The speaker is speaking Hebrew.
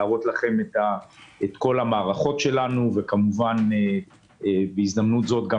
להראות לכם את כל המערכות שלנו וכמובן בהזדמנות זאת גם